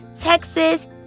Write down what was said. texas